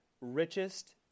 richest